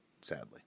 Sadly